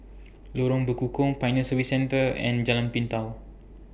Lorong Bekukong Pioneer Service Centre and Jalan Pintau